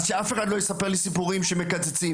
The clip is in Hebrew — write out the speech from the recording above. שאף אחד לא יספר לי סיפורים שמקצצים,